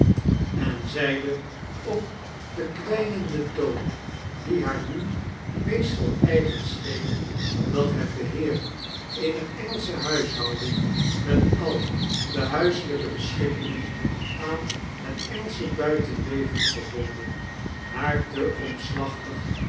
en zeide op den kwynenden toon die haar nu meestal eigen scheen dat het beheer eener engelsche huishouding met al de huiselyke beschikkingen aan het engelsche buitenleven verbonden haar te omslachtig